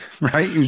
right